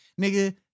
nigga